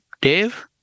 Dave